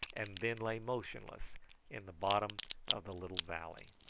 and then lay motionless in the bottom of the little valley.